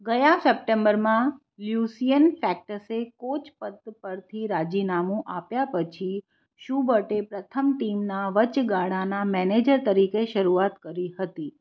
ગયા સપ્ટેમ્બરમાં લ્યુસિયન ફેક્ટ્સે કોચ પદ પરથી રાજીનામું આપ્યા પછી શુબર્ટે પ્રથમ ટીમના વચગાળાના મેનેજર તરીકે શરૂઆત કરી હતી